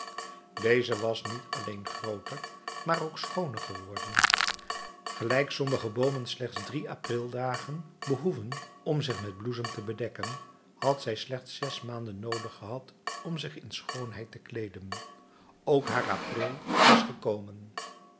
deze was niet alleen grooter maar ook schooner geworden gelijk sommige boomen slechts drie aprildagen behoeven om zich met bloesem te bedekken had zij slechts zes maanden noodig gehad om zich in schoonheid te kleeden ook haar april was gekomen